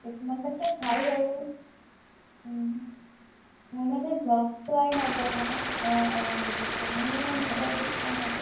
কিছুমান ক্ষেত্ৰত ভাল বাৰু মোৰ মানে ভ্ল'গ চোৱাই নাযায় ন অ' অ' বুজিছোঁ মোৰ মানে এনেকুৱা একো চোৱা নাযায়